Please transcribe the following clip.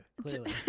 clearly